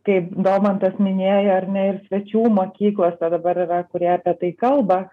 kaip domantas minėjo ar ne ir svečių mokyklose dabar yra kurie apie tai kalba